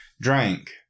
drank